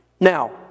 Now